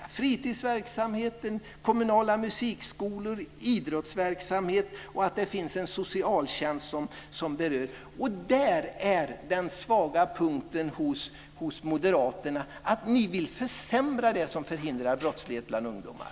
Det gäller fritidsverksamheter, kommunala musikskolor, idrottsverksamheter och att det finns en socialtjänst som fungerar. Där ligger den svaga punkten hos moderaterna. Ni vill försämra det som förhindrar brottslighet bland ungdomar.